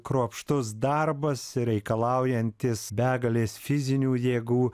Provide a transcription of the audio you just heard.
kruopštus darbas reikalaujantis begalės fizinių jėgų